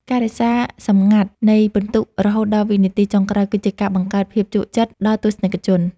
ការរក្សាសម្ងាត់នៃពិន្ទុរហូតដល់វិនាទីចុងក្រោយគឺជាការបង្កើតភាពជក់ចិត្តដល់ទស្សនិកជន។